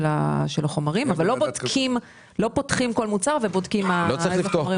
החומרים אבל לא פותחים כל מוצר ובודקים מה יש בתוכו.